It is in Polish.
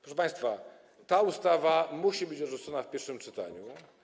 Proszę państwa, ta ustawa musi być odrzucona w pierwszym czytaniu.